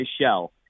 shell